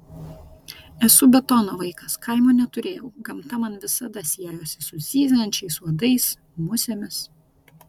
esu betono vaikas kaimo neturėjau gamta man visada siejosi su zyziančiais uodais musėmis